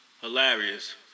Hilarious